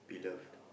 be loved